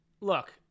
look